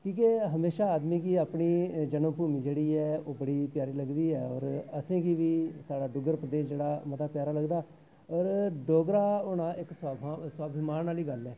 की जे हमेशा आदमी गी अपनी जनम भू जेह्ड़ी ऐ ओह् बड़ी प्यारी लगदी ऐ होर असें गी बी साढ़ा डुग्गर प्रदेश जेह्ड़ा बड़ा मता प्यारा लगदा ऐ और डोगरा होना इक स्वाभिमान आह्ली गल्ल ऐ